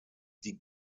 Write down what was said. die